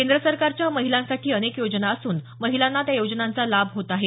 केंद्र सरकारच्या महिलांसाठी अनेक योजना असून महिलांना त्या योजनांचा लाभ होत आहे